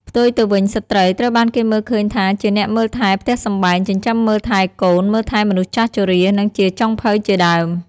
ផ្ទុយទៅវិញ ស្ត្រី ត្រូវបានគេមើលឃើញថាជាអ្នកមើលថែផ្ទះសម្បែង ចិញ្ចឹមមើលថែកូន មើលថែមនុស្សចាស់ជរា និងជាចុងភៅជាដើម។